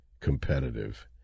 competitive